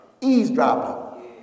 eavesdropping